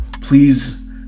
Please